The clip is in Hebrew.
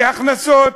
צפי הכנסות.